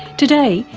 today,